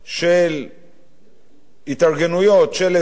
התארגנויות, של אזרחים,